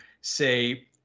say